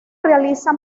realiza